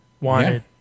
wanted